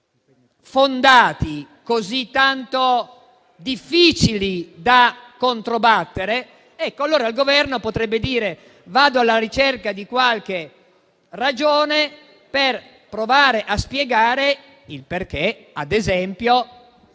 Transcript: fondati, così tanto difficili da controbattere, allora il Governo potrebbe dire che va alla ricerca di qualche ragione per provare a spiegare perché, ad esempio,